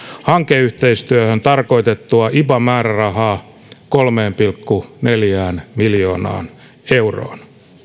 hankeyhteistyöhön tarkoitettua iba määrärahaa kolmeen pilkku neljään miljoonaan euroon